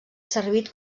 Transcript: servit